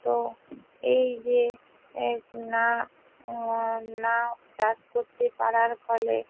তো এই যে না না চাষ করতে পারার ফলে